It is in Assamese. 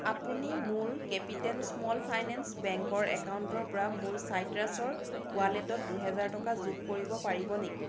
আপুনি মোৰ কেপিটেল স্মল ফাইনেন্স বেংকৰ একাউণ্টৰ পৰা মোৰ চাইট্ৰাছৰ ৱালেটত দুহেজাৰ টকা যোগ কৰিব পাৰিব নেকি